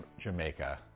Jamaica